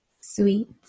sweet